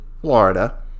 Florida